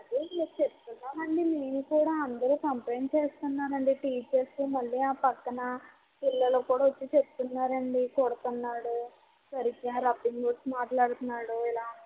అదే చెప్తున్నాము అండి మేము కూడా అందరూ కంప్లైంట్స్ చేస్తున్నారు అండి టీచర్స్ మళ్ళీ ఆ ప్రక్కన పిల్లలు కూడా వచ్చి చెప్తున్నారు అండి కొడతన్నాడు సరిగ్గా రఫింగ్ వర్డ్స్ మాట్లాడుతన్నాడు ఇలా అన్నాడు అండి